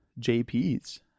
JP's